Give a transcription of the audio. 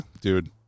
dude